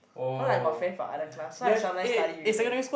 because I got friend from other class so I sometime study with them